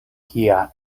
kia